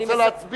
אני רוצה להצביע.